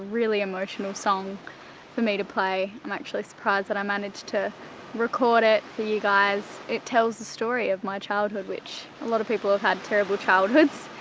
really emotional song for me to play. i'm actually surprised that i managed to record it for you guys. it tells the story of my childhood, which a lot of people have had terrible childhoods.